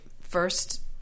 first